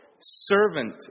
servant